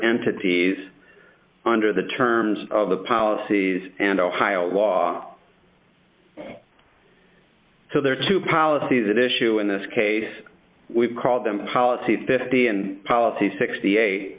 entities under the terms of the policies and ohio law to their to policy that issue in this case we've called them policy fifty and policy sixty a